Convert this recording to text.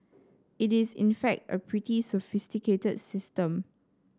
it is in fact a pretty sophisticated system